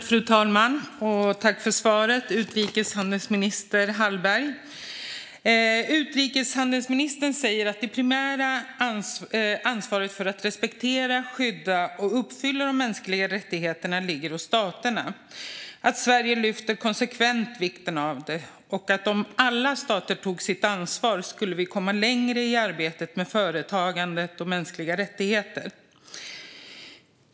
Fru talman! Tack för svaret, utrikeshandelsminister Hallberg! Utrikeshandelsministern säger att det primära ansvaret för att respektera, skydda och uppfylla de mänskliga rättigheterna ligger hos staterna, att Sverige konsekvent lyfter vikten av det och att om alla stater tog sitt ansvar skulle vi komma längre i arbetet med företagande och mänskliga rättigheter.